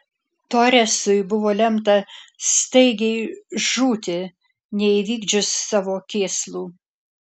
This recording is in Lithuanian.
toresui buvo lemta staigiai žūti neįvykdžius savo kėslų